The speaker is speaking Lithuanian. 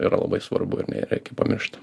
yra labai svarbu ir nereikia pamiršt